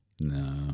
No